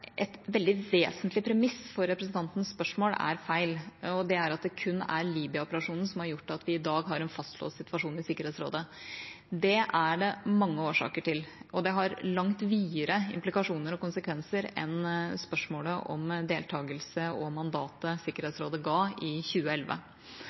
et veldig vesentlig premiss for representantens spørsmål er feil, og det er at det kun er Libya-operasjonen som har gjort at vi i dag har en fastlåst situasjon i Sikkerhetsrådet. Det er det mange årsaker til, og det har langt videre implikasjoner og konsekvenser enn spørsmålet om deltakelse og mandatet